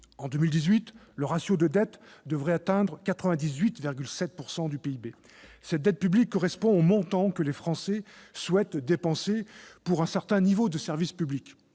en 2018, elle devrait atteindre 98,7 % du PIB. Cette dette publique correspond au montant que les Français souhaitent dépenser pour bénéficier d'un certain niveau de service public.